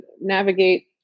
navigate